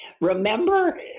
remember